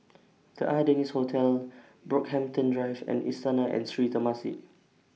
The Ardennes Hotel Brockhampton Drive and Istana and Sri Temasek